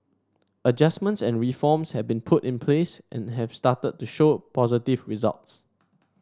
adjustments and reforms have been put in place and have started to show positive results